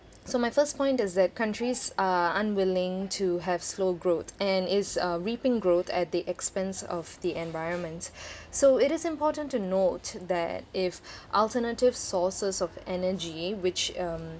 so my first point is that countries are unwilling to have slow growth and is uh reaping growth at the expense of the environment so it is important to note that if alternative sources of energy which um